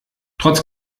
trotz